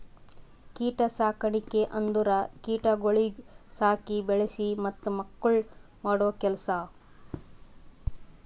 ಕೀಟ ಸಾಕಣಿಕೆ ಅಂದುರ್ ಕೀಟಗೊಳಿಗ್ ಸಾಕಿ, ಬೆಳಿಸಿ ಮತ್ತ ಮಕ್ಕುಳ್ ಮಾಡೋ ಕೆಲಸ